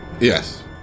Yes